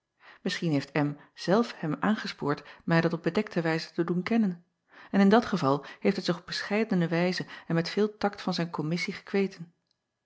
isschien heeft zelf hem aangespoord mij dat op bedekte wijze te doen kennen en in dat geval heeft hij zich op bescheidene wijze en met veel tact van zijn kommissie gekweten